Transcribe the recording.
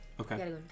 okay